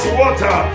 water